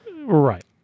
Right